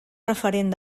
referent